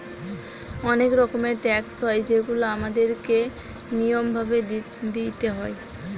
অনেক রকমের ট্যাক্স হয় যেগুলা আমাদের কে নিয়ম ভাবে দিইতে হয়